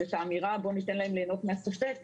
את האמירה בוא ניתן להם ליהנות מהספק,